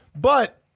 But-